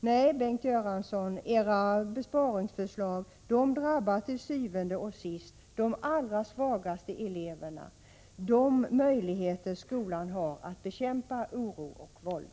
Nej, Bengt Göransson, era besparingsförslag drabbar til syvende og sidst de allra svagaste eleverna och de möjligheter skolan har att bekämpa oro och våld.